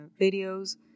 videos